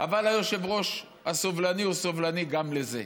אבל היושב-ראש הסובלני הוא סובלני גם לזה.